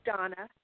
Donna